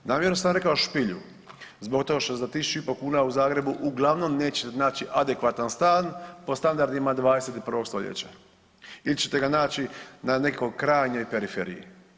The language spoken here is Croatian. Namjerno sam rekao špilju zbog toga što za 1.500 kuna u Zagrebu uglavnom nećete naći adekvatan stan po standardima 21. stoljeća ili ćete ga naći na nekoj krajnjoj periferiji.